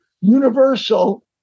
universal